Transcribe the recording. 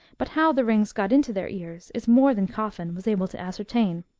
but how the rings got into their ears is more than coffin was able to ascertain.